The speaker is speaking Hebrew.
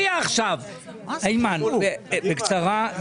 אימאן, בקצרה.